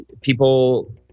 people